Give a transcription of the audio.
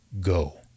Go